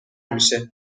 میشه